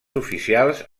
oficials